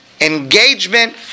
engagement